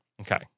Okay